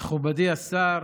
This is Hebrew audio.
מכובדי השר,